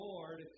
Lord